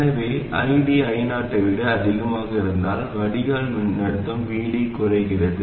எனவே ID I0 ஐ விட அதிகமாக இருந்தால் வடிகால் மின்னழுத்தம் VD குறைகிறது